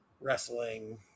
wrestling